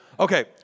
Okay